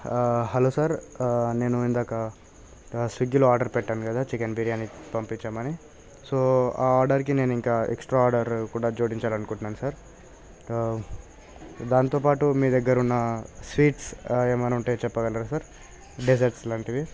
hello sir నేను ఇందాక స్విగ్గీలో ఆర్డర్ పెట్టాను కదా చికెన్ బిర్యానీ పంపించమని సో ఆ ఆర్డర్కి నేను ఇంకా ఎక్స్ట్రా ఆర్డర్ కూడా జోడించాలనుకుంటున్నాను సార్ దాంతోపాటు మీ దగ్గర ఉన్న స్వీట్స్ ఆ ఏమైనా ఉంటే చెప్పగలరా సార్ డెసర్ట్స్ లాంటివి